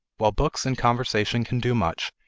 while books and conversation can do much,